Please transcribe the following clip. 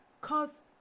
cause